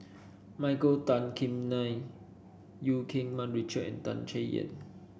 Michael Tan Kim Nei Eu Keng Mun Richard and Tan Chay Yan